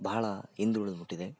ಬಹಳ ಹಿಂದುಳುದ್ಬಿಟ್ಟಿದೆ